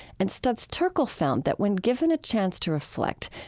and studs terkel found that when given a chance to reflect,